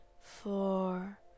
four